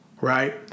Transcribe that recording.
right